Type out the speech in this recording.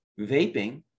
vaping